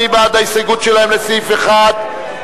מי בעד ההסתייגות שלהם לסעיף 1?